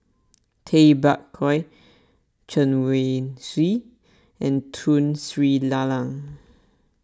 Tay Bak Koi Chen Wen Hsi and Tun Sri Lanang